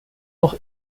noch